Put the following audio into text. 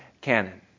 canon